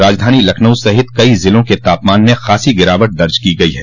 राजधानी लखनऊ सहित कई जिलों के तापमान में खासी गिरावट दर्ज की गई है